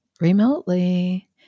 remotely